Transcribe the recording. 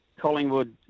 Collingwood